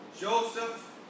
Joseph